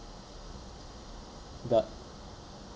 the